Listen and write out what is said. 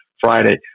Friday